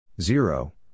Zero